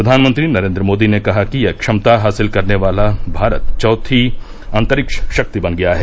प्रधानमंत्री नरेन्द्र मोदी ने कहा कि यह क्षमता हासिल करने वाला भारत चौथी अंतरिक्ष शक्ति बन गया है